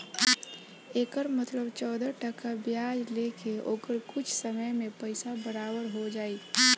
एकर मतलब चौदह टका ब्याज ले के ओकर कुछ समय मे पइसा बराबर हो जाई